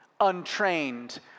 untrained